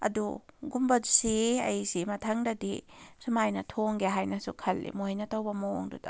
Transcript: ꯑꯗꯨ ꯒꯨꯝꯕꯗꯨꯁꯤ ꯑꯩꯁꯤ ꯃꯊꯪꯗꯗꯤ ꯁꯨꯃꯥꯏꯅ ꯊꯣꯡꯒꯦ ꯍꯥꯏꯅꯁꯨ ꯈꯜꯂꯤ ꯃꯣꯏꯅ ꯇꯧꯕ ꯃꯑꯣꯡꯗꯨꯗ